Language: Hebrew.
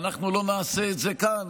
אם אנחנו לא נעשה את זה כאן,